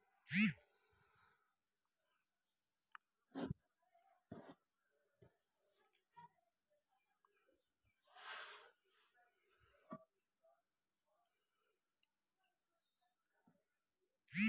कागत कतेको तरहक दैनिक जीबनमे प्रयोग आनल जाइ छै टका सँ लए कए किताब धरि